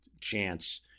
chance